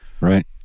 Right